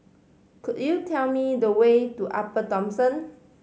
could you tell me the way to Upper Thomson